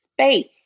space